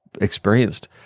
experienced